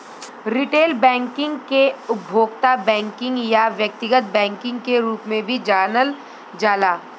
retail banking के उपभोक्ता banking या व्यक्तिगत बैंकिंग के रूप में भी जानल जाला